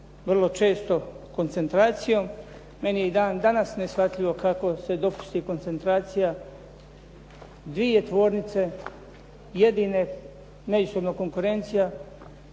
vrlo često koncentracijom, meni je i dan danas neshvatljivo kako se dopusti koncentracija dvije tvornice jedine … /Govornik